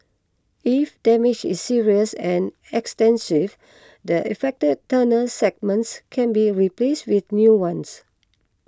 if damage is serious and extensive the affected tunnel segments can be replaced with new ones